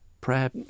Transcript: prayer